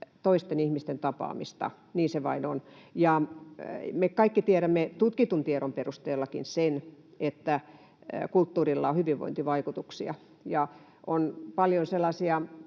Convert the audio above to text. toisten ihmisten tapaamista, niin se vain on. Me kaikki tiedämme tutkitun tiedon perusteellakin sen, että kulttuurilla on hyvinvointivaikutuksia. On paljon sellaisia